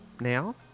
now